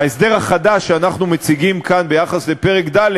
וההסדר החדש שאנחנו מציגים כאן ביחס לפרק ד'